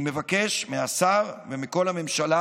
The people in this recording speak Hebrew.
אני מבקש מהשר ומכל הממשלה: